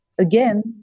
again